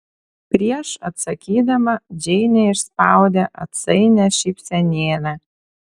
prieš atsakydama džeinė išspaudė atsainią šypsenėlę